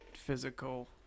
Physical